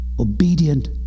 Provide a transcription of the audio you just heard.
Obedient